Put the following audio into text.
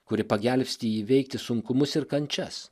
kuri pagelbsti įveikti sunkumus ir kančias